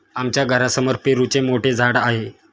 आमच्या घरासमोर पेरूचे मोठे झाड आहे